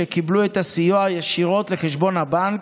שקיבלו את הסיוע ישירות לחשבון הבנק,